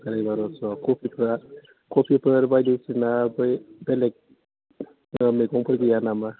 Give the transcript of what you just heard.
सारे बार'स' कबिफोरा कबिफोर बायदिसिना बै बेलेक मैगंफोर गैया नामा